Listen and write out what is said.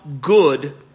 good